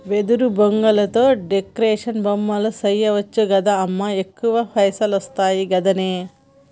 వెదురు బొంగులతో డెకరేషన్ బొమ్మలు చేయచ్చు గదా అమ్మా ఎక్కువ పైసలొస్తయి గదనే